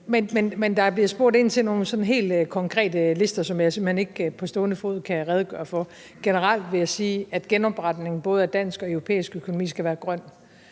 Men der bliver spurgt ind til nogle sådan helt konkrete lister, som jeg simpelt hen ikke på stående fod kan redegøre for. Generelt vil jeg sige, at genopretningen af både dansk og europæisk økonomi skal være grøn,